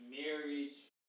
marriage